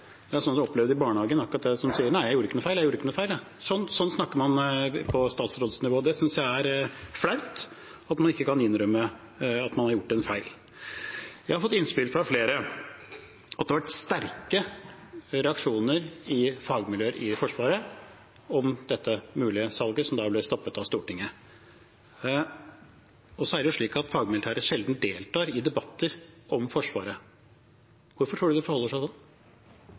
noe feil. Jeg gjorde ikke noe feil, jeg. Sånn snakker man på statsrådsnivå. Jeg synes det er flaut at man ikke kan innrømme at man har gjort en feil. Jeg har fått innspill fra flere om at det har vært sterke reaksjoner i fagmiljøer i Forsvaret om dette mulige salget, som da ble stoppet av Stortinget. Så er det slik at de fagmilitære sjelden deltar i debatter om Forsvaret. Hvorfor tror du det forholder seg